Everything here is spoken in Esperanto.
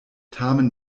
tamen